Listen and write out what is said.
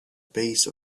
base